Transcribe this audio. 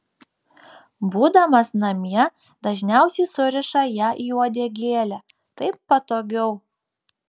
būdamas namie dažniausiai suriša ją į uodegėlę taip patogiau